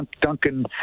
Duncan